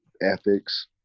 ethics